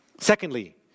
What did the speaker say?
Secondly